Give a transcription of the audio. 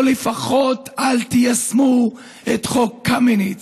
או לפחות אל תיישמו את "חוק קמיניץ"